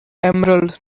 emerald